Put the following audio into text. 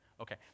Okay